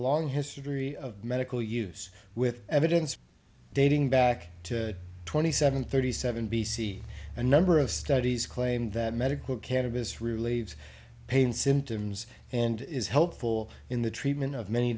long history of medical use with evidence dating back to twenty seven thirty seven b c a number of studies claimed that medical cannabis relieves pain symptoms and is helpful in the treatment of many